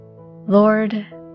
Lord